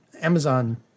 Amazon